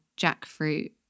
jackfruit